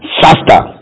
faster